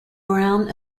browne